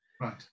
Right